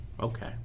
Okay